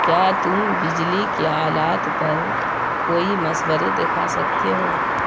کیا تم بجلی کے آلات پر کوئی مشورے دکھا سکتے ہو